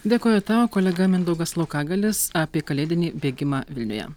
dėkoju tau kolega mindaugas laukagalis apie kalėdinį bėgimą vilniuje